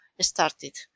started